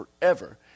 forever